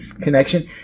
connection